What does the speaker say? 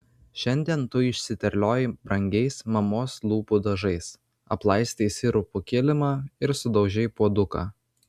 šiandien tu išsiterliojai brangiais mamos lūpų dažais aplaistei sirupu kilimą ir sudaužei puoduką